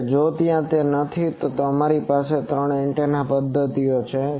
હવે જો તે ત્યાં નથી તો પછી અમારી પાસે ત્રણ એન્ટેના પદ્ધતિઓ છે